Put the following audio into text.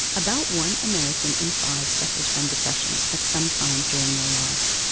about one american in five suffers from depression at some time during their lives.